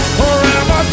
forever